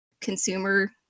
consumer